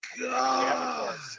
God